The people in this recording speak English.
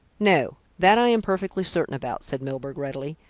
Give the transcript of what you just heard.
no, that i am perfectly certain about, said milburgh readily.